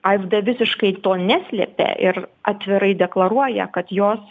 a ef d visiškai to neslepia ir atvirai deklaruoja kad jos